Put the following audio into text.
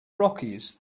rockies